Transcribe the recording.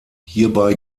hierbei